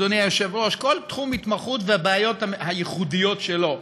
אדוני היושב-ראש: כל תחום התמחות והבעיות הייחודיות שלו.